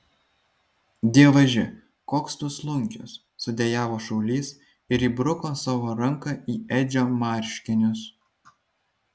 dievaži koks tu slunkius sudejavo šaulys ir įbruko savo ranką į edžio marškinius